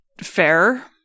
Fair